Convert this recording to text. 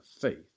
faith